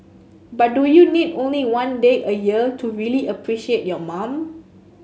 but do you need only one day a year to really appreciate your mom